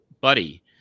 Buddy